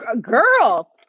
girl